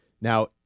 Now